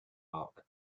lock